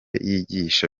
yigisha